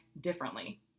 differently